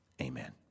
Amen